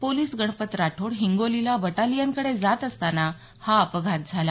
police Ganpat Rathod हे हिंगोलीला बटालियनकडे जात असताना हा अपघात झाला